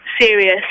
serious